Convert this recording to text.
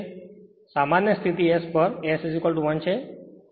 સામાન્ય સ્થિતિ S પર S1 છે